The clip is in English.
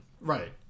right